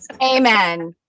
Amen